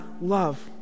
love